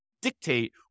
Dictate